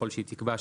ככל שהיא תקבע,